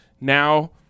Now